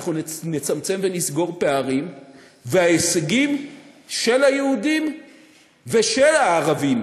אנחנו נצמצם ונסגור פערים וההישגים של היהודים ושל הערבים